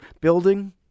building